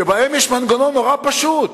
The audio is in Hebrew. שבהם יש מנגנון נורא פשוט.